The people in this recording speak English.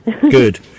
good